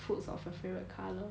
foods of your favourite colour